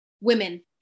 women